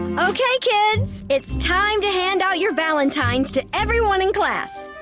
okay, kids, it's time to hand out your valentines to everyone in class.